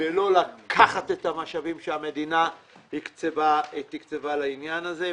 ולא לקחת את המשאבים שהמדינה תקצבה לעניין הזה.